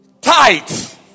Tight